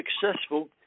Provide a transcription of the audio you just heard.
successful